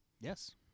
Yes